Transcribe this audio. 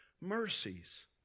mercies